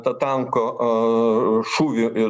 tą tanko šūvį ir